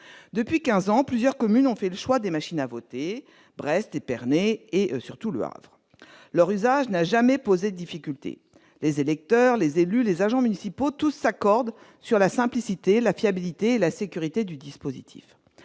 depuis 15 ans plusieurs communes ont fait le choix des machines à voter, Brest, Épernay et surtout Le Havre leur usage n'a jamais posé difficulté les électeurs, les élus, les agents municipaux, tous s'accordent sur la simplicité, la fiabilité et la sécurité du dispositif,